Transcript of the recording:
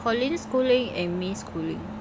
colin schooling and may schooling